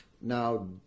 Now